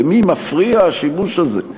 למי מפריע השימוש הזה?